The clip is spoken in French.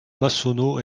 massonneau